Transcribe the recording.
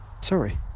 Sorry